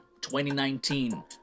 2019